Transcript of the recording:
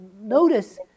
Notice